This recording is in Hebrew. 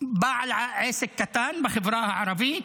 בעל עסק קטן בחברה הערבית,